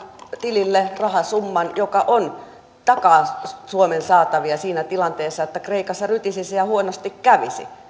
tilille rahasumman joka takaa suomen saatavia siinä tilanteessa että kreikassa rytisisi ja huonosti kävisi